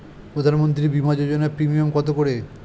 প্রধানমন্ত্রী বিমা যোজনা প্রিমিয়াম কত করে?